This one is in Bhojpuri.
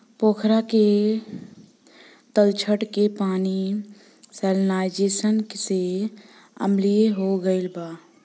पोखरा के तलछट के पानी सैलिनाइज़ेशन से अम्लीय हो गईल बा